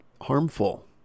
harmful